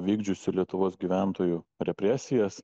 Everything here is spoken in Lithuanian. vykdžiusių lietuvos gyventojų represijas